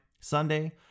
Sunday